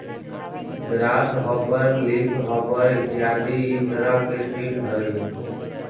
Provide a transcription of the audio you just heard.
grass hopper leafhopper इत्यादि इ तरह के सीट हइ